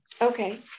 Okay